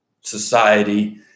society